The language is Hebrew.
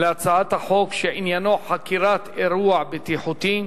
להצעת החוק, שעניינו חקירת אירוע בטיחותי,